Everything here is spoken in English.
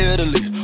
Italy